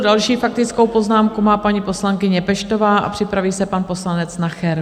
Další faktickou poznámku má paní poslankyně Peštová a připraví se pan poslanec Nacher.